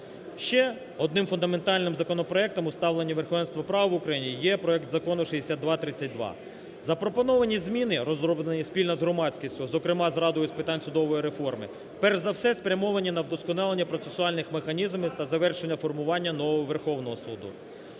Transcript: Ще одним фундаментальним законопроектом у ставленні верховенства права в Україні є проект закону 6232. Запропоновані зміни, розроблені спільно з громадськістю, зокрема з Радою з питань судової реформи, перш за все спрямовані на удосконалення процесуальних механізмів та завершення формування нового Верховного Суду.